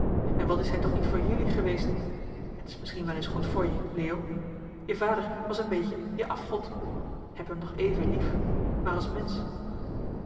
en wat is hij toch niet voor jullie geweest het is misschien wel eens goed voor johan de meester de zonde in het deftige dorp je leo je vader was een beetje je afgod heb hem nog even lief maar als mensch